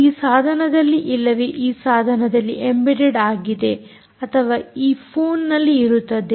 ಅದು ಈ ಸಾಧನದಲ್ಲಿ ಇಲ್ಲವೇ ಈ ಸಾಧನದಲ್ಲಿ ಎಂಬೆಡೆಡ್ ಆಗಿದೆ ಅಥವಾ ಈ ಫೋನ್ನಲ್ಲಿ ಇರುತ್ತದೆ